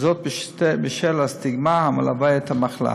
וזאת בשל הסטיגמה המלווה את המחלה.